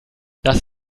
das